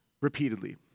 repeatedly